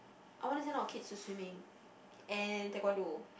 I wanna send all our kids to swimming and taekwondo